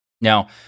Now